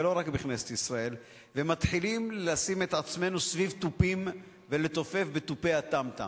וחלק מאתנו מתחילים לשים את עצמם סביב תופים ולתופף בתופי הטם-טם.